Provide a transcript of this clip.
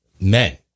men